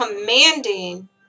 commanding